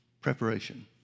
Preparation